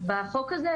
בחוק הזה,